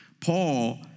Paul